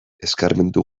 eskarmentu